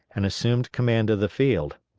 and assumed command of the field.